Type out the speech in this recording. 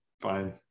fine